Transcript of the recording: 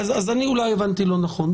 אני אולי הבנתי לא נכון.